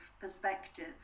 perspective